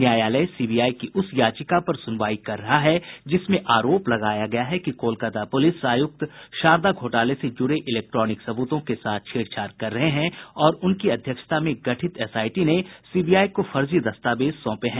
न्यायालय सीबीआई की उस याचिका पर सुनवाई कर रहा है जिसमें आरोप लगाया गया है कि कोलकाता पुलिस आयुक्त शारदा घोटाले से जुड़े इलेक्ट्रॉनिक सबूतों के साथ छेड़छाड़ कर रहे हैं और उनकी अध्यक्षता में गठित एसआईटी ने सीबीआई को फर्जी दस्तावेज सौंपे हैं